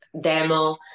demo